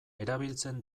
erabiltzen